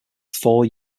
four